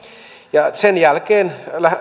ja sen jälkeen